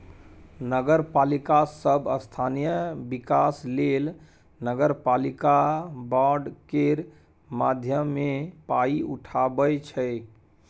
नगरपालिका सब स्थानीय बिकास लेल नगरपालिका बॉड केर माध्यमे पाइ उठाबै छै